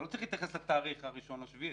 אתה לא צריך להתייחס לתאריך 1 ביולי.